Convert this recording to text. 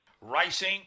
Racing